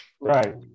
Right